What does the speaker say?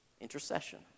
intercession